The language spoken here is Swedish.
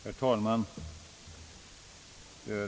Herr talman!